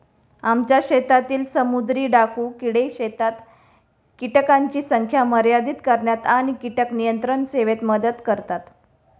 आमच्या शेतातील समुद्री डाकू किडे शेतात कीटकांची संख्या मर्यादित करण्यात आणि कीटक नियंत्रण सेवेत मदत करतात